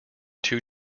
two